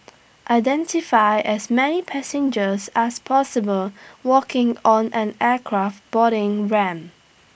identify as many passengers as possible walking on an aircraft boarding ramp